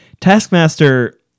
Taskmaster